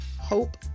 hope